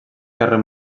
carrer